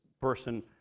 person